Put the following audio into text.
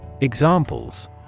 Examples